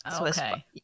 Okay